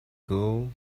girl